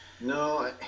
no